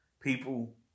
people